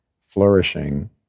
flourishing